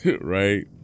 right